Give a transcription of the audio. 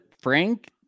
Frank